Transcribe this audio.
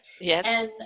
Yes